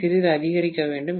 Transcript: யை சிறிது அதிகரிக்க வேண்டும்